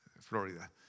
Florida